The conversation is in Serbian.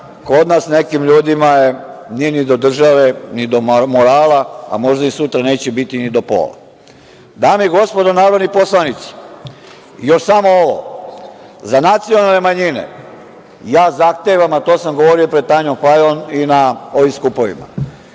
kod nas nekim ljudima nije ni do države, ni do morala, a možda sutra neće biti ni do pola. Dame i gospodo narodni poslanici, još samo ovo, za nacionalne manjine ja zahtevam, a to sam govorio pred Tanjom Fajon i na ovim skupovima,